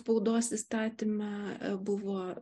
spaudos įstatyme buvo